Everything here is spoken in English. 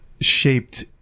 shaped